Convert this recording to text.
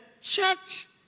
church